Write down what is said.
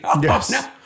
Yes